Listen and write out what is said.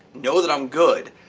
know that i'm good.